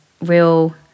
real